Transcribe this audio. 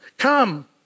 Come